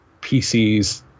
PCs